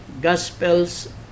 Gospels